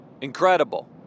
incredible